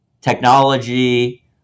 technology